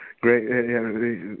Great